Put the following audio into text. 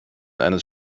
eines